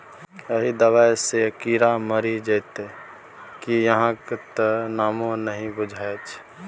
एहि दबाई सँ कीड़ा मरि जाइत कि अहाँक त नामो नहि बुझल छै